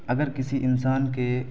اگر کسی انسان کے